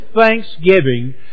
thanksgiving